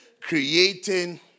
Creating